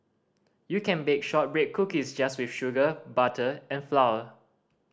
you can bake shortbread cookies just with sugar butter and flour